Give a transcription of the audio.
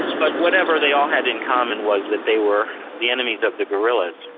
but whatever they all had in common was that they were the enemies of the guerrillas.